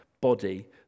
body